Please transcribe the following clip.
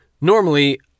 normally